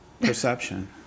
perception